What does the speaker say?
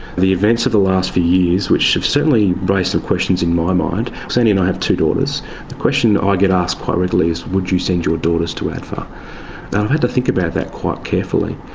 the events of the last few years which have certainly raised and questions in my mind, sandy and i have two daughters, and the question ah i get asked quite regularly is would you send your daughters to adfa? i've had to think about that quite carefully.